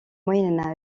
moyen